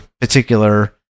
particular